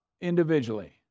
individually